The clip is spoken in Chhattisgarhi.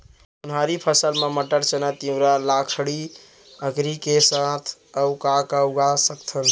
उनहारी फसल मा मटर, चना, तिंवरा, लाखड़ी, अंकरी के साथ अऊ का का उगा सकथन?